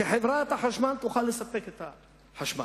שחברת החשמל תוכל לספק את החשמל.